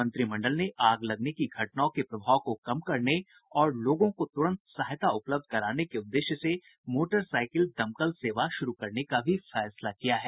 मंत्रिमंडल ने आग लगने की घटनाओं के प्रभाव को कम करने और लोगों को तुरंत सहायता उपलब्ध कराने के उद्देश्य से मोटरसाइकिल दमकल सेवा शुरू करने का भी फैसला किया है